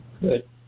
Good